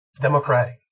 democratic